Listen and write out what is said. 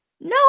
No